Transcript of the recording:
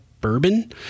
bourbon